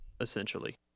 essentially